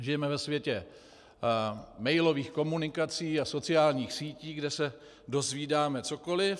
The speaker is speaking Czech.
Žijeme ve světě mailových komunikací a sociálních sítí, kde se dozvídáme cokoliv.